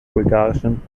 bulgarischen